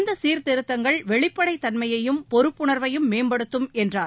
இந்தசீர்திருத்தங்கள் வெளிப்படைத் தன்மையையும் பொறுப்புணர்வையும் மேம்படுத்தும் என்றார்